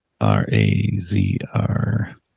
R-A-Z-R